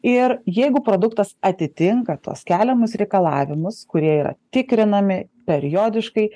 ir jeigu produktas atitinka tuos keliamus reikalavimus kurie yra tikrinami periodiškai